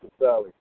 Sally